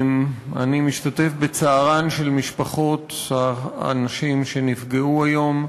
אני משתתף בצערן של משפחות האנשים שנפגעו היום.